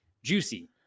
Juicy